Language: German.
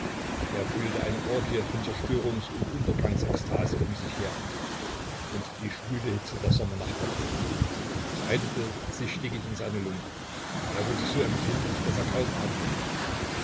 er fühlte eine orgie von zerstörungs und untergangsekstase um sich her und die schwüle hitze der sommernacht erdrückte ihn breitete sich stickig in seiner lunge er wurde so empfindlich daß er kaum atmen konnte